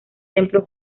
templo